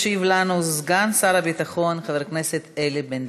ישיב לנו סגן שר הביטחון חבר הכנסת אלי בן-דהן.